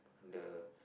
the